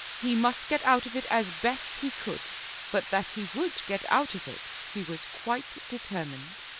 he must get out of it as best he could but that he would get out of it he was quite determined.